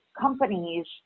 companies